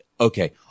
okay